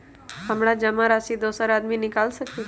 हमरा जमा राशि दोसर आदमी निकाल सकील?